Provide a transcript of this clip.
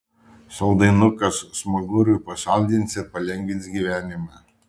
saldainukas smaguriui pasaldins ir palengvins gyvenimą